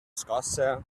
scosse